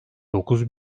dokuz